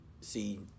see